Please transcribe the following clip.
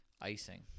Icing